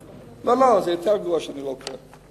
לא, לא, זה יותר גרוע שאני לא קורא.